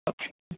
okay